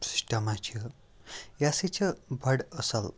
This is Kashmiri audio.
سِسٹَمہ چھِ یہِ ہَسا چھِ بَڑٕ أصٕل